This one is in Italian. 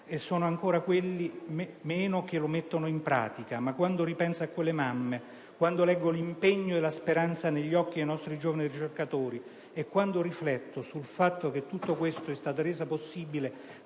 E sono ancora meno quelli che lo mettono in pratica». Continuava dicendo: «Quando ripenso a quelle mamme, quando leggo l'impegno e la speranza negli occhi dei nostri giovani ricercatori e quando rifletto sul fatto che tutto questo è stato reso possibile